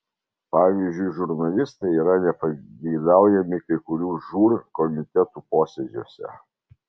pavyzdžiui žurnalistai yra nepageidaujami kai kurių žūr komitetų posėdžiuose